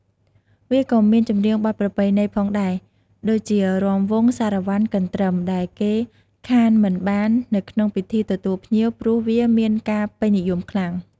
វាក៏មានចម្រៀងបទប្រពៃណីផងដែរដូចជារាំវង់ សារ៉ាវ៉ាន់ កន្រ្ទឹម ដែលគេខានមិនបាននៅក្នុងពិធីទទួលភ្ញៀវព្រោះវាមានការពេញនិយមខ្លាំង។